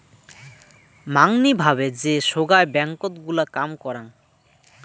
মাঙনি ভাবে যে সোগায় ব্যাঙ্কত গুলা কাম করাং